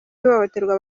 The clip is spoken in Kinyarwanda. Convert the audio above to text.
ihohoterwa